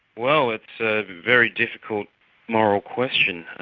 well, it's a very difficult moral question.